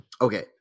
Okay